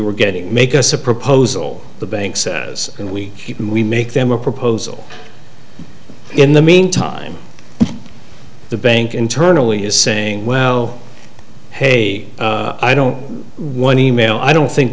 were getting make us a proposal the banks and we we make them a proposal in the meantime the bank internally is saying well hey i don't one e mail i don't think